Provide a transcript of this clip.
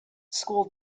school